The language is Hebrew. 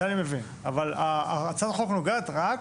זה אני מבין, אבל הצעת החוק נוגעת רק